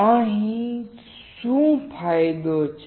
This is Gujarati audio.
અહીં શું ફાયદો છે